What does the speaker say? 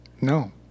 No